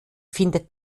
findet